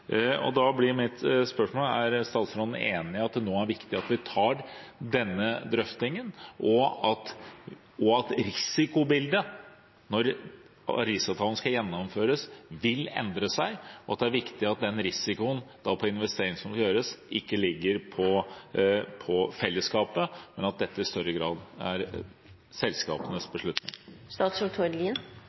er viktig at vi tar denne drøftingen, og at risikobildet når Paris-avtalen skal gjennomføres, vil endre seg, og at det er viktig at risikoen forbundet med investeringene som gjøres, ikke ligger på fellesskapet, men at dette i større grad er selskapenes